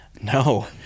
No